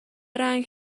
رنگ